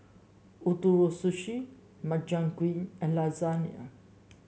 Ootoro Sushi Makchang Gui and Lasagna